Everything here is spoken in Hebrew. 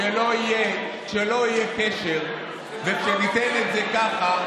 כשלא יהיה קשר וכשניתן את זה ככה,